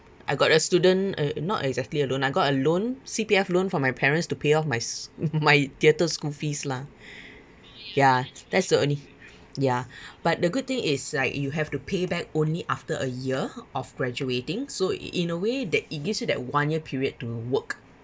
I got a student uh not exactly a loan I got a loan C_P_F loan from my parents to pay off my s~ my theatre school fees lah ya that's the only ya but the good thing is like you have to pay back only after a year of graduating so in a way that it gives you that one year period to work